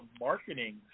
marketing